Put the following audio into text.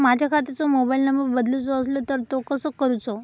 माझ्या खात्याचो mobile number बदलुचो असलो तर तो कसो करूचो?